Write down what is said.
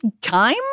time